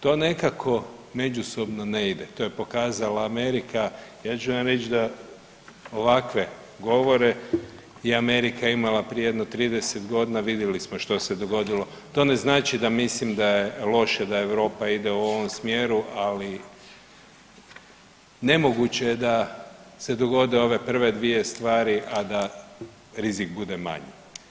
To nekako međusobno ne ide, to je pokazala Amerika, ja ću vam reći da ovakve govore i Amerika imala prije jedno 30 godina, vidjeli smo što se dogodilo, to ne znači da mislim da je loše da Europa ide u ovom smjeru, ali nemoguće je da se dogode ove prve dvije stvari, a da rizik bude manji.